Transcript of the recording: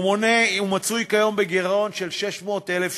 הוא מצוי כיום בגירעון של 600,000 שקל.